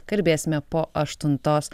kalbėsime po aštuntos